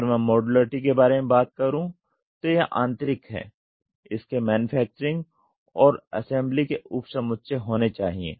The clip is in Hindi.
अगर मैं मॉड्यूलरिटी के बारे में बात करूँ तो यह आंतरिक है इसके मैन्युफैक्चरिंग और असेंबली के उपसमुच्चय होने चाहिए